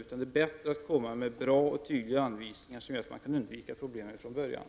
Det är bättre att ge bra och tydliga anvisningar som gör att man kan undvika problemen från början.